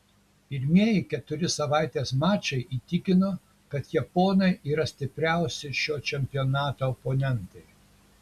pirmieji keturi savaitės mačai įtikino kad japonai yra stipriausi šio čempionato oponentai